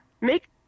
make